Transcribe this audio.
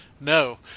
No